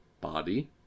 body